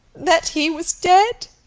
that he was dead!